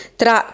tra